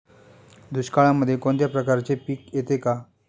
दुष्काळामध्ये कोणत्या प्रकारचे पीक येते का?